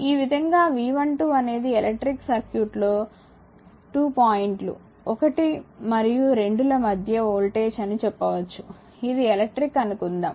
ఈ విధంగా V12 అనేది ఎలక్ట్రిక్ సర్క్యూట్లో 2 పాయింట్లు 1 మరియు 2 ల మధ్య వోల్టేజ్ అని చెప్పవచ్చు ఇది ఎలక్ట్రిక్ అనుకుందాం